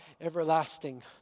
Everlasting